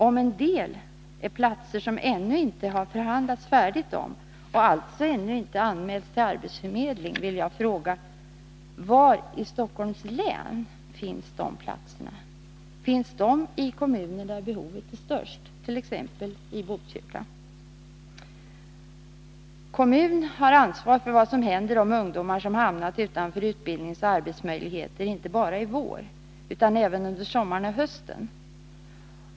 Om en del är platser som det ännu inte har förhandlats färdigt om och som alltså ännu inte anmälts till arbetsförmedling, vill jag fråga: Var i Stockholms län finns de platserna? Finns de i de kommuner där behovet är störst, t.ex. i Botkyrka? En kommun har ansvar för vad som händer de ungdomar som hamnat utanför utbildningsoch arbetsmöjligheter inte bara i vår utan även under sommaren och hösten.